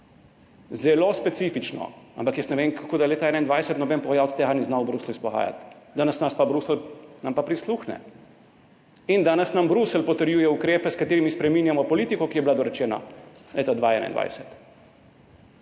zelo specifično. Ampak jaz ne vem, kako da leta 2021 noben pogajalec tega ni znal v Bruslju izpogajati. Danes nam pa Bruselj prisluhne in danes nam Bruselj potrjuje ukrepe, s katerimi spreminjamo politiko, ki je bila dorečena leta 2021.